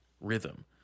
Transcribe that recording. rhythm